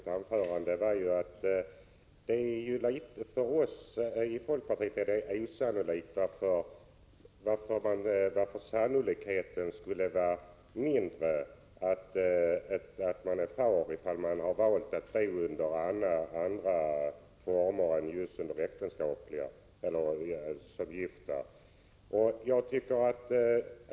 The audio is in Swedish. Fru talman! För oss i folkpartiet är det oförståeligt varför sannolikheten skulle vara mindre att man är far ifall man valt att bo under andra former än just äktenskapligt som gifta.